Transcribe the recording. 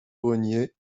grenier